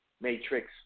Matrix